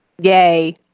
Yay